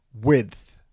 width